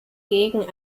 gegen